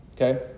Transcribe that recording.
okay